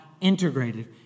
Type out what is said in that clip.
integrated